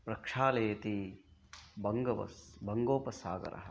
प्रक्षालयति बङ्गवस् बङ्गोपसागरः